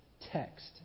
text